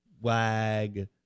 wag